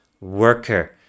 worker